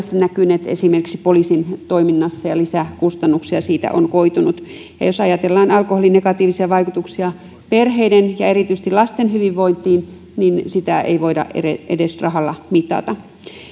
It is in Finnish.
näkyneet esimerkiksi poliisin toiminnassa ja lisäkustannuksia siitä on koitunut ja jos ajatellaan alkoholin negatiivisia vaikutuksia perheiden ja erityisesti lasten hyvinvointiin sitä ei voida edes edes rahalla mitata